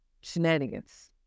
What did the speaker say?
shenanigans